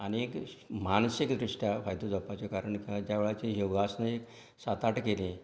आनीक मानसीक दृश्ट्या फायदो जावपाचें कारण आहा ज्या वेळाचेर योगासनां सात आठ केलीं